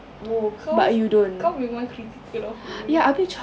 !whoa! kau kau memang critical of her eh